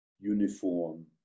uniform